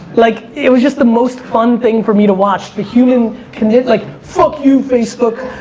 like it was just the most fun thing for me to watch, the human condi like fuck you, facebook,